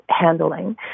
handling